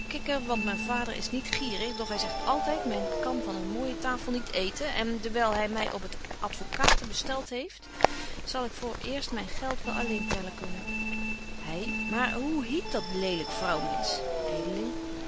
kikken want myn vader is niet gierig doch hy zegt altyd men kan van een mooije tafel niet eeten en dewyl hy my op het advocaten bestelt heeft zal ik voor eerst myn geld wel alleen tellen kunnen hy maar hoe hiet dat lelyk